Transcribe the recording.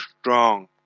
strong